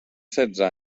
setze